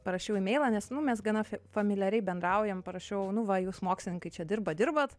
parašiau imeilą nes nu mes gana fe familiariai bendraujam parašiau nu va jūs mokslininkai čia dirbat dirbat